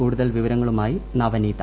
കൂടുതൽ വിവരങ്ങളുമായി നവനീത